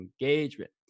engagement